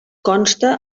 consta